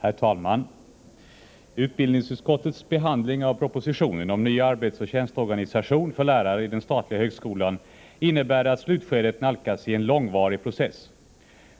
Herr talman! Utbildningsutskottets behandling av propositionen om ny arbetsoch tjänsteorganisation för lärare i den statliga högskolan innebär att slutskedet nalkas i en långvarig process.